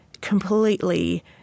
completely